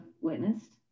witnessed